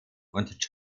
und